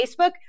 Facebook